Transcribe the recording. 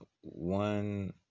One